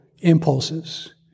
impulses